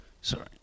sorry